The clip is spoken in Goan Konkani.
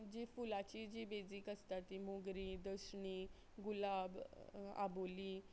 जी फुलाची जी बेजीक आसता ती मोगरी दशणी गुलाब आबोली